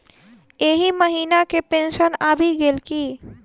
एहि महीना केँ पेंशन आबि गेल की